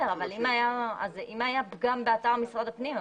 אם היה פגם באתר משרד הפנים,